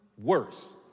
Worse